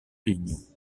lignes